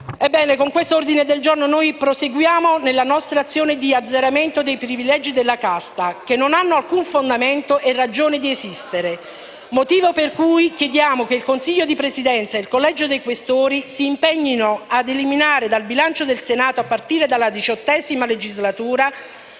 con questo ordine del giorno noi proseguiamo nella nostra azione di azzeramento dei privilegi della casta, che non hanno alcun fondamento e ragione di esistere. Per tale motivo, chiediamo che il Consiglio di Presidenza e il Collegio dei Questori si impegnino a eliminare dal bilancio del Senato, a partire dalla XVIII legislatura,